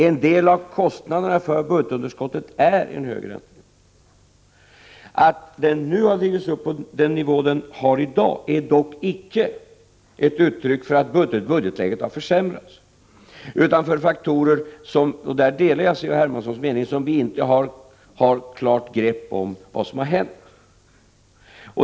En del av kostnaden för budgetunderskottet är en hög ränta. Att räntan har drivits upp till den nivå den har i dag är dock icke ett uttryck för att budgetläget har försämrats utan för andra faktorer, och jag delar C.-H. Hermanssons mening att vi inte har klart grepp om vad som har hänt.